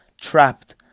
trapped